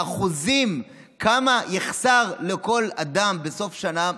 האחוזים כמה יחסר לכל אדם בסוף השנה,